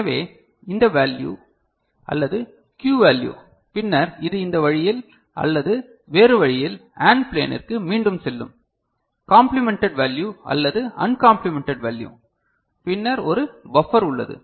எனவே இந்த வேல்யு அல்லது Q வேல்யு பின்னர் இது இந்த வழியில் அல்லது வேறு வழியில் அண்ட் ப்ளேனிற்கு மீண்டும் செல்லும் காம்ப்ளிமெண்டேட் வேல்யு அல்லது அன்காம்ப்ளிமெண்டேட் வேல்யு பின்னர் ஒரு பஃப்பர் உள்ளது